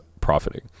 profiting